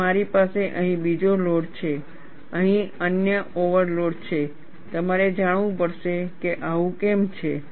અને મારી પાસે અહીં બીજો લોડ છે અહીં અન્ય ઓવરલોડ છે તમારે જાણવું પડશે કે આવું કેમ છે